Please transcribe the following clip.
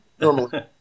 Normally